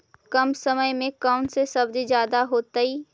कम समय में कौन से सब्जी ज्यादा होतेई?